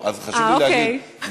חשוב לי להגיד,